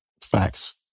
facts